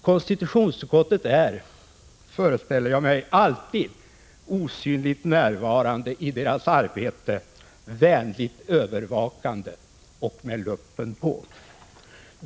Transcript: Konstitutionsutskottet är, föreställer jag mig, alltid osynligt närvarande i deras arbete, vänligt övervakande med luppen framför ögat.